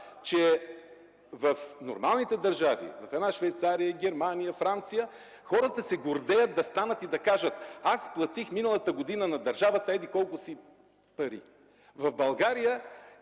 че в нормалните държави – в една Швейцария, Германия, Франция, хората се гордеят да станат и да кажат: „Аз платих миналата година на държавата еди-колко си пари”. В България